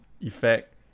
effect